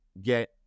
get